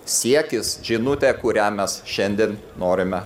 siekis žinutė kurią mes šiandien norime